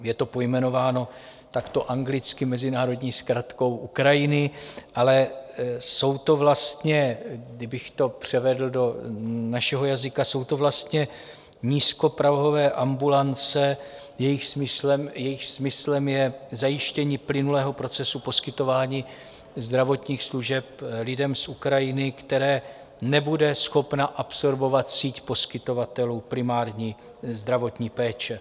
Je to pojmenováno takto anglicky, mezinárodní zkratkou Ukrajiny, ale jsou to vlastně, kdybych to převedl do našeho jazyka, jsou to vlastně nízkoprahové ambulance, jejichž smyslem je zajištění plynulého procesu poskytování zdravotních služeb lidem z Ukrajiny, které nebude schopna absorbovat síť poskytovatelů primární zdravotní péče.